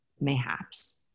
mayhaps